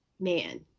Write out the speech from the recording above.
man